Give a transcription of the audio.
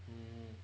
mm